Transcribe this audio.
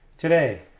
Today